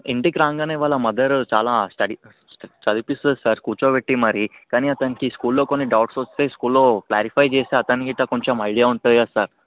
ఇంటికి రాగానే వాళ్ళ మదర్ చాలా స్టడీ చదివిస్తుంది సార్ కూర్చోపెట్టి మరి కానీ అతనికి స్కూల్లో కొన్ని డౌట్స్ వస్తే స్కూల్లో క్లారిఫై చేస్తే అతనికి గిట్ల కొంచెం ఐడియా ఉంటుంది కదా సార్